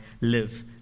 live